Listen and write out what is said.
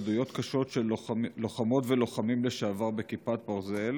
עדויות קשות של לוחמות ולוחמים לשעבר בכיפת ברזל